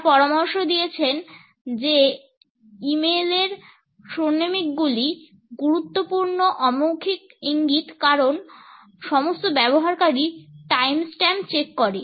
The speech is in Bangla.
তারা পরামর্শ দিয়েছে যে ই মেইলের ক্রোনমিকগুলি গুরুত্বপূর্ণ অমৌখিক ইঙ্গিত কারণ সমস্ত ব্যবহারকারী টাইম স্ট্যাম্প চেক করে